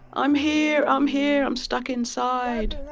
i'm here, i'm here, i'm stuck inside!